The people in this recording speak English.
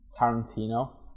Tarantino